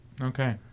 Okay